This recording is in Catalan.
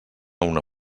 una